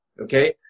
okay